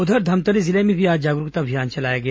उधर धमतरी जिले में भी आज जागरूकता अभियान चलाया गया